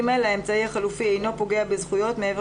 האמצעי החלופי אינו פוגע בזכויות מעבר